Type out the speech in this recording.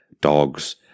dogs